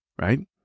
right